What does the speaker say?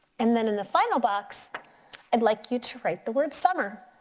and then in the final box i'd like you to write the word summer.